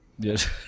Yes